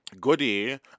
Goody